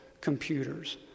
computers